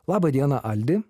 labą dieną aldi